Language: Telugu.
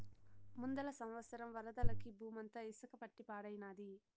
ముందల సంవత్సరం వరదలకి బూమంతా ఇసక పట్టి పాడైనాది